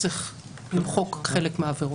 שצריך למחוק חלק מהעבירות,